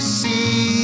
see